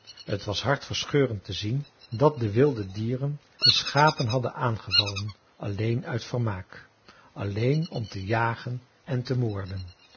t was hartverscheurend te zien dat de wilde dieren de schapen hadden aangevallen alleen uit vermaak alleen om te jagen en te moorden